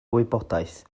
wybodaeth